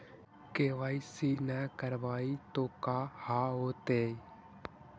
KYC न करवाई तो का हाओतै?